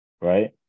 right